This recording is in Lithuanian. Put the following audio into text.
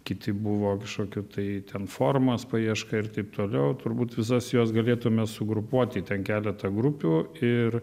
kiti buvo kažkokių tai ten formos paieška ir taip toliau turbūt visas juos galėtume sugrupuoti į ten keletą grupių ir